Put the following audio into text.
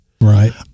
Right